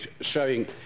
showing